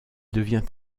devient